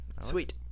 sweet